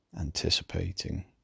anticipating